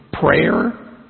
prayer